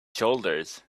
shoulders